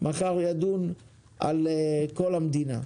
מחר ידון על כל המדינה.